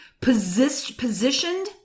positioned